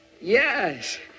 Yes